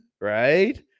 right